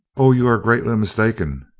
oh you are greatly mistaken,